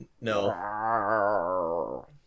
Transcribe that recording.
No